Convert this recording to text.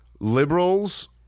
Liberals